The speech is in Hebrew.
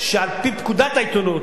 גיסא אני חושב שעל-פי פקודת העיתונות